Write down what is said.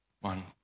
One